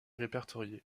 répertoriées